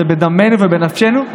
זה בדמינו ובנפשנו,